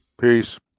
Peace